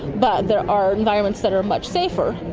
but there are environments that are much safer.